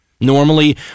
Normally